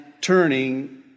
turning